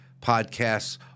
podcasts